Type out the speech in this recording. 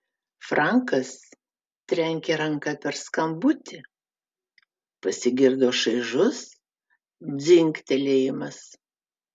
frankas trenkė ranka per skambutį pasigirdo šaižus dzingtelėjimas